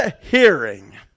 hearing